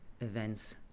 events